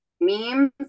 memes